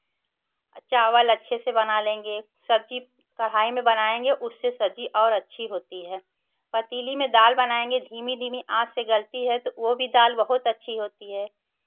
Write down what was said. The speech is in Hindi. चावल अच्छे से बना लेंगे सब्जी कड़ाही में बनाएँगे उससे सब्जी और अच्छी होती है पतीली में दाल बनाएँगे धीमी धीमी आँच से गलती है तो वो भी दाल बहुत अच्छी होती है